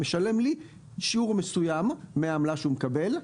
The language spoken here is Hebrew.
הלקוח משלם לי שיעור מסוים מהעמלה שהוא מקבל.